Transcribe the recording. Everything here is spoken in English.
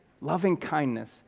loving-kindness